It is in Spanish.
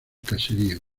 caserío